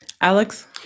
Alex